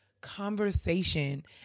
conversation